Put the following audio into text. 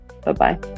Bye-bye